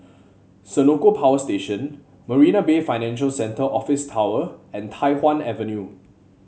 Senoko Power Station Marina Bay Financial Centre Office Tower and Tai Hwan Avenue